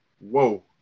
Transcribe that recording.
whoa